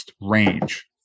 range